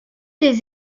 des